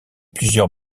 plusieurs